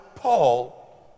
Paul